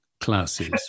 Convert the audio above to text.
classes